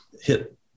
hit